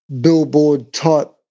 billboard-type